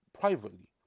privately